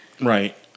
Right